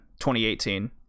2018